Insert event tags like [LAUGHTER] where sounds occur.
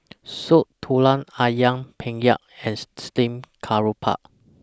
[NOISE] Soup Tulang Ayam Penyet and Steamed Garoupa